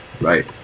Right